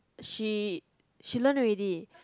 she she learn already